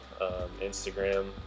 instagram